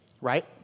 right